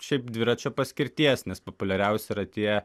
šiaip dviračio paskirties nes populiariausi yra tie